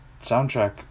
soundtrack